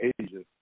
Asia